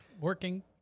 working